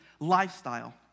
lifestyle